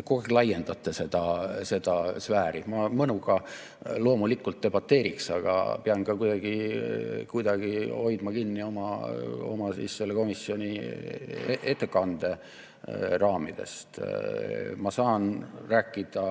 aeg laiendate seda sfääri. Ma mõnuga loomulikult debateeriks, aga pean kuidagi hoidma kinni selle komisjoni ettekande raamidest. Ma saan rääkida